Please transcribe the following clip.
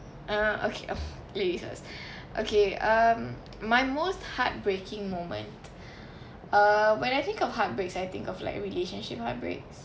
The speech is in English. uh okay uh ladies first okay um my most heartbreaking moment err when I think of heartbreaks think of like relationship heartbreaks